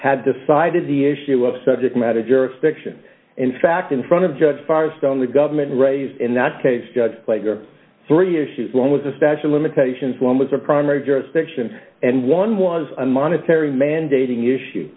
have decided the issue of subject matter jurisdiction in fact in front of judge firestone the government raised in that case judge player three issues one was a special limitations one was a primary jurisdiction and one was a monetary mandating issue